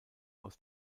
aus